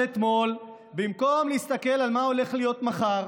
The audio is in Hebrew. אתמול במקום להסתכל מה הולך להיות מחר.